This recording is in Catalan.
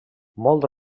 molt